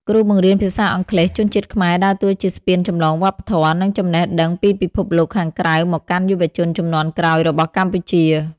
គ្រូបង្រៀនភាសាអង់គ្លេសជនជាតិខ្មែរដើរតួជាស្ពានចម្លងវប្បធម៌ និងចំណេះដឹងពីពិភពលោកខាងក្រៅមកកាន់យុវជនជំនាន់ក្រោយរបស់កម្ពុជា។